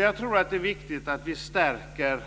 Jag tror att det är viktigt att vi stärker